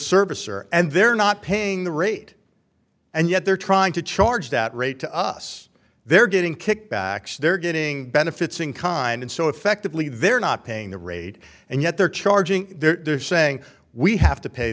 service or and they're not paying the rate and yet they're trying to charge that rate to us they're getting kickbacks they're getting benefits in kind and so effectively they're not paying the rate and yet they're charging there's a saying we have to pay